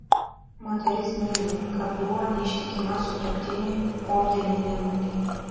moteris neigė kad buvo neištikima sutuoktiniui popdainininkui